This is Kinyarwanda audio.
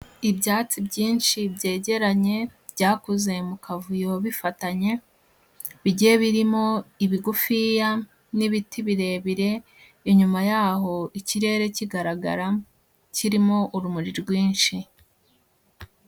Ibyatsi byinshi byegeranye byakuze mu kavuyo bifatanye, bigiye birimo ibigufiya n'ibiti birebire, inyuma yaho ikirere kigaragara kirimo urumuri rwinshi.